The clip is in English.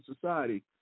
society